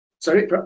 Sorry